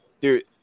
dude